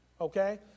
Okay